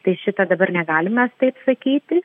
tai šitą dabar negalim mes taip sakyti